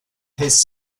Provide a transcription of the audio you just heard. his